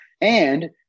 And-